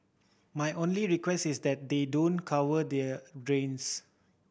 my only request is that they don't cover their drains